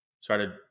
started